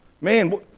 Man